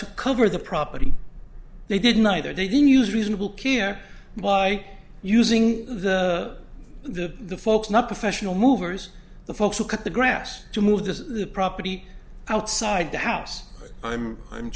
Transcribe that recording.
to cover the property they did neither they didn't use reasonable care by using the the folks not professional movers the folks who cut the grass to move the the property outside the house i'm i'm